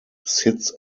sits